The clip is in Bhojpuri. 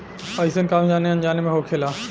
अइसन काम जाने अनजाने मे होखेला